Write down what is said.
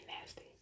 nasty